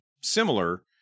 similar